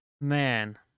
man